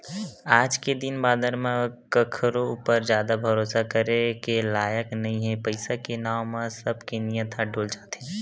आज के दिन बादर म कखरो ऊपर जादा भरोसा करे के लायक नइ हे पइसा के नांव म सब के नियत ह डोल जाथे